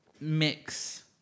mix